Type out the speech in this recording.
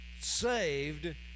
saved